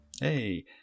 Hey